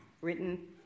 written